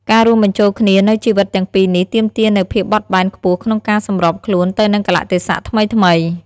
ការរួមបញ្ចូលគ្នានូវជីវិតទាំងពីរនេះទាមទារនូវភាពបត់បែនខ្ពស់ក្នុងការសម្របខ្លួនទៅនឹងកាលៈទេសៈថ្មីៗ។